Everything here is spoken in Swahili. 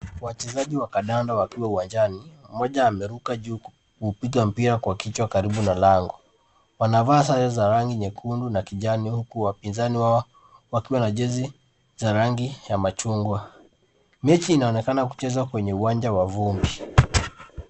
Wachezaji wa kandanda wakiwa uwanjani. Mmoja ameruka juu kuupiga mpira kwa kichwa karibu na lango. Wanavaa sare za rangi nyekundu na kijani huku wapinzani wakiwa na jezi za rangi ya machungwa. Mechi inaonekana kucheza kwenye uwanja wa vumbi.